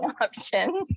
option